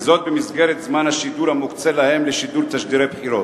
וזאת במסגרת זמן השידור המוקצה להם לשידור תשדירי בחירות.